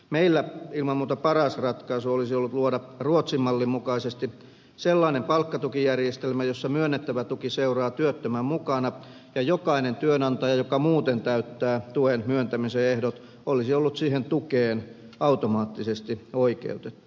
meillä ilman muuta paras ratkaisu olisi ollut luoda ruotsin mallin mukaisesti sellainen palkkatukijärjestelmä jossa myönnettävä tuki seuraa työttömän mukana ja jokainen työnantaja joka muuten täyttää tuen myöntämisen ehdot olisi ollut siihen tukeen automaattisesti oikeutettu